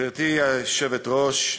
גברתי היושבת-ראש,